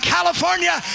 California